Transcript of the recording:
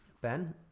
Ben